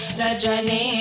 rajani